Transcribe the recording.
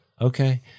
okay